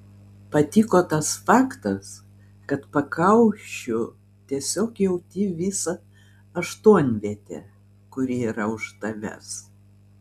patiko tas faktas kad pakaušiu tiesiog jauti visą aštuonvietę kuri yra už tavęs